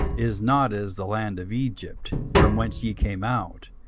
is not as the land of egypt, from whence ye came out,